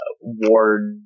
Ward